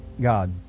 God